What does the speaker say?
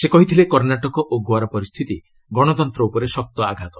ସେ କହିଥିଲେ କର୍ଷ୍ଣାଟକ ଓ ଗୋଆର ପରିସ୍ଥିତି ଗଣତନ୍ତ୍ର ଉପରେ ଶକ୍ତ ଆଘାତ